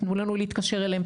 תנו לנו להתקשר אליהם,